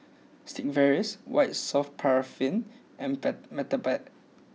Sigvaris White soft paraffin and Peptamen